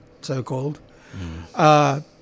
so-called